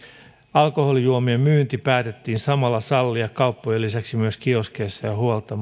alkoholijuomien myynti päätettiin samalla sallia kauppojen lisäksi myös kioskeissa ja